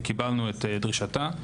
וקיבלנו את דרישתה.